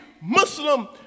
Muslim